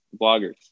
bloggers